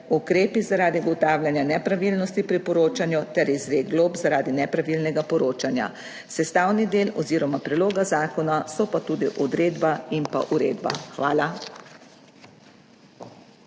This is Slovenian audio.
ukrepi zaradi ugotavljanja nepravilnosti pri poročanju ter izrek glob zaradi nepravilnega poročanja. Sestavni del oziroma predloga zakona so pa tudi odredba in pa uredba. Hvala.